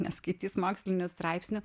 neskaitys mokslinių straipsnių